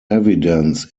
evidence